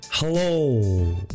hello